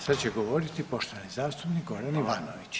Sada će govoriti poštovani zastupnik Goran Ivanović.